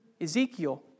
Ezekiel